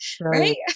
Right